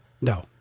No